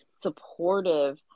supportive